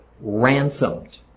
ransomed